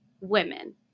women